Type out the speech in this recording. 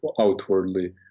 outwardly